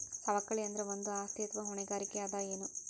ಸವಕಳಿ ಅಂದ್ರ ಒಂದು ಆಸ್ತಿ ಅಥವಾ ಹೊಣೆಗಾರಿಕೆ ಅದ ಎನು?